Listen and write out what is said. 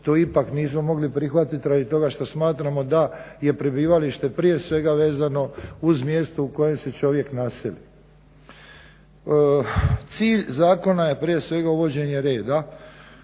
To ipak nismo mogli prihvatit radi toga što smatramo da je prebivalište prije svega vezano uz mjesto u kojem se čovjek naseli. Cilj zakona je prije svega uvođenje reda